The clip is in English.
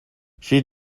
she